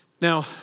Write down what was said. Now